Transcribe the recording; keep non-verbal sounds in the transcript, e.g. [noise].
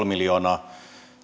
[unintelligible] miljoonaa